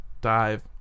dive